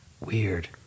Weird